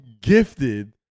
gifted